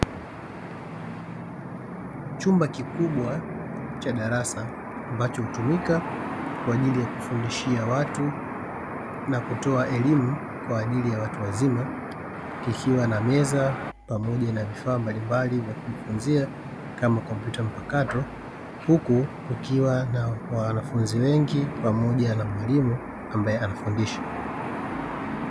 Chumba kikubwa cha darasa ambacho hutumika kwa ajili ya kufundishia watu na kutoa elimu kwa ajili ya watu wazima, kikiwa na meza pamoja na vifaa mbalimbali vya kujifunza kama kompyuta mpakato, huku kukiwa na wanafunzi wengi pamoja na mwalimu ambaye anafundisha.